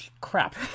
crap